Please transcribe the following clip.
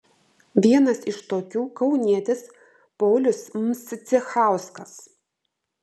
vienas iš tokių kaunietis paulius mscichauskas